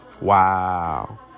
Wow